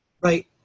right